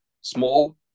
small